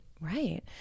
right